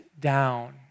down